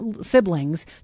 siblings